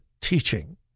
teaching